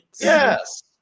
Yes